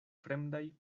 fremdaj